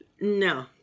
No